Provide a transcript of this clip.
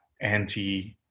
anti